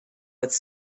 with